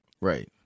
Right